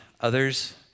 others